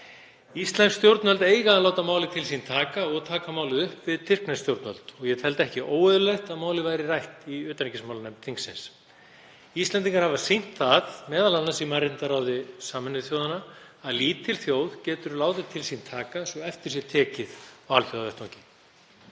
Íslensk stjórnvöld eiga að láta málið til sín taka og taka málið upp við tyrknesk stjórnvöld og ég teldi ekki óeðlilegt að málið væri rætt í utanríkismálanefnd þingsins. Íslendingar hafa sýnt það, m.a. í mannréttindaráði Sameinuðu þjóðanna, að lítil þjóð getur látið til sín taka svo eftir sé tekið á alþjóðavettvangi.